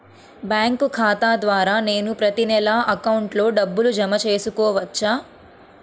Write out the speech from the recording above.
Bank ఖాతా ద్వారా నేను ప్రతి నెల అకౌంట్లో డబ్బులు జమ చేసుకోవచ్చా?